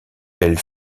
elle